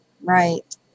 Right